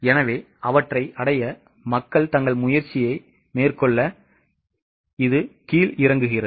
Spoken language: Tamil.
எனவே அவற்றை அடைய மக்கள் தங்கள் முயற்சியை மேற்கொள்ள இது கீழிறக்குகிறது